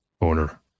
owner